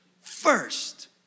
first